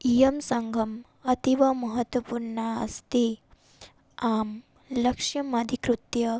इयं सङ्घम् अतीव महत्त्वपूर्णा अस्ति आं लक्षमधिकृत्य